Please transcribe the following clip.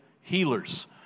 healers